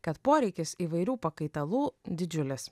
kad poreikis įvairių pakaitalų didžiulis